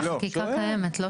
החקיקה קיימת.